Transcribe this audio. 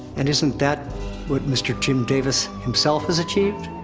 and isn't that what mister jim davis himself has achieved?